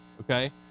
okay